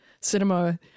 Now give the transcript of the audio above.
cinema